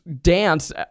dance